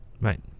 Right